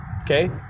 okay